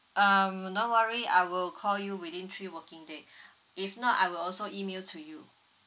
um no worry I will call you within three working day if not I will also email to you